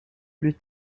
plus